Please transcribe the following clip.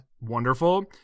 Wonderful